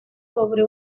sobre